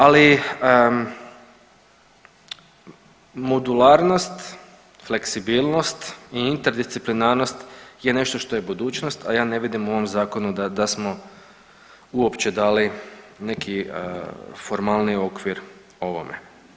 Ali modularnost, fleksibilnost i interdisciplinarnost je nešto što je budućnost, a ja ne vidim u ovom zakonu da smo uopće dali neki formalniji okvir ovome.